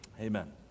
Amen